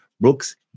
Brooks